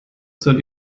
zur